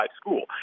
school